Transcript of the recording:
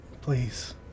please